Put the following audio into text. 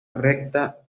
recta